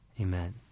Amen